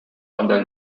under